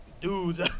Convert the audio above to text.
dudes